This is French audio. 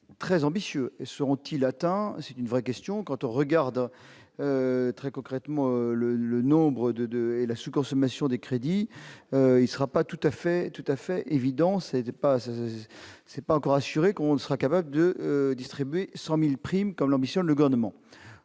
très ambitieux, seront-ils atteints, c'est une vraie question : quand on regarde très concrètement, le nombre de de et la sous-consommation des crédits, il sera pas tout à fait, tout à fait évident, c'était pas ça, ce pas encore assuré qu'on sera capable de distribuer 100000 primes comme l'ambitionne le garnement